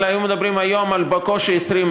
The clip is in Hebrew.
אלא היו מדברים היום על בקושי 20,000,